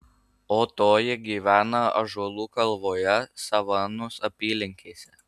o toji gyvena ąžuolų kalvoje savanos apylinkėse